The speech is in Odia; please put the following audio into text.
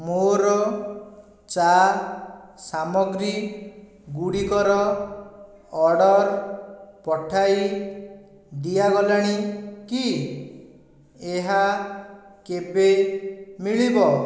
ମୋର ଚା ସାମଗ୍ରୀ ଗୁଡ଼ିକର ଅର୍ଡ଼ର୍ ପଠାଇ ଦିଆଗଲାଣି କି ଏହା କେବେ ମିଳିବ